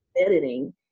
editing